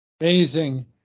amazing